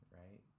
right